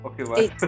Okay